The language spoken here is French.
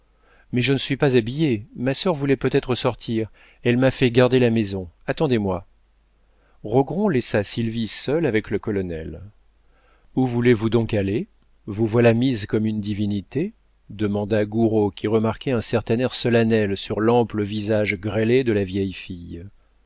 mais je ne suis pas habillé ma sœur voulait peut-être sortir elle m'a fait garder la maison attendez-moi rogron laissa sylvie seule avec le colonel où voulez-vous donc aller vous voilà mise comme une divinité demanda gouraud qui remarquait un certain air solennel sur l'ample visage grêlé de la vieille fille